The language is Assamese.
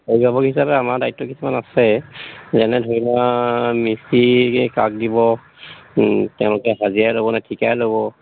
অভিভাৱক হিচাপে আমাৰ দায়িত্ব কিছুমান আছে যেনে ধৰি লোৱা মিস্ত্ৰী কাক দিব তেওঁলোকে হাজিৰাই ল'বনে ঠিকাই ল'ব